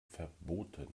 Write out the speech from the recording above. verboten